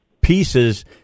pieces